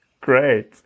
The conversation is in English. Great